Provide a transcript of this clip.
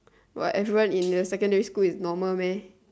what everyone in your secondary school is normal meh